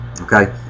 Okay